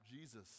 jesus